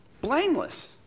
Blameless